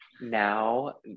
now